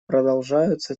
продолжаются